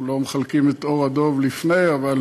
אנחנו לא מחלקים את עור הדוב לפני, אבל